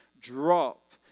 drop